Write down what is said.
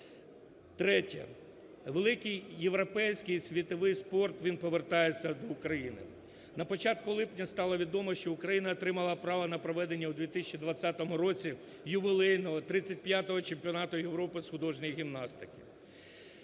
Третє. Великий європейський світовий спорт, він повертається до України. На початку липня стало відомо, що Україна отримала право на проведення у 2020 році ювілейного 35 Чемпіонату Європи з художньої гімнастики.